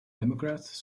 democrats